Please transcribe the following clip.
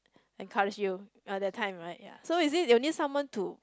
encourage you uh that time right ya so is it you need someone to